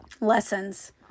lessons